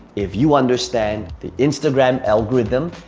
if you understand the instagram algorithm,